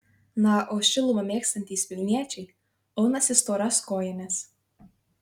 na o šilumą mėgstantys vilniečiai aunasi storas kojines